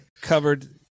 Covered